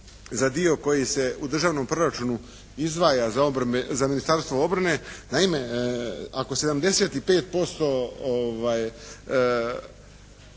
za dio koji se u državnom proračunu izdvaja za Ministarstvo obrane. Naime, ako 75%